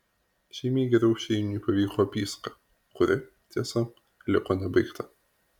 žymiai geriau šeiniui pavyko apysaka kuri tiesa liko nebaigta